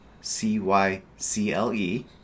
c-y-c-l-e